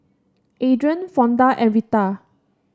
Adrian Fonda and Retha